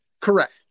Correct